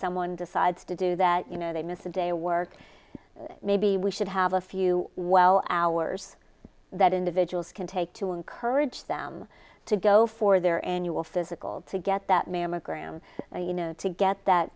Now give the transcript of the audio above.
someone decides to do that you know they miss a day work maybe we should have a few well hours that individuals can take to encourage them to go for their annual physical to get that mammogram and you know to get that